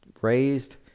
raised